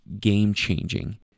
game-changing